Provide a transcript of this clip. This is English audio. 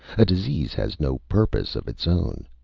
a disease has no purpose of its own.